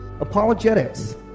Apologetics